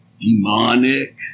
demonic